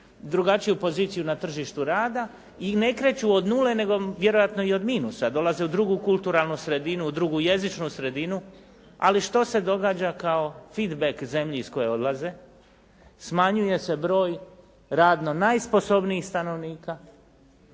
drugačiju poziciju na tržištu rada i ne kreću od nule nego vjerojatno i od minusa, dolaze u drugu kulturalnu sredinu, u drugu jezičnu sredinu. Ali što se događa kao fit back zemlji iz koje odlaze? Smanjuje se broj radno najsposobnijih stanovnika,